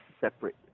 separate